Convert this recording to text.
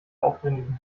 aufdringlichen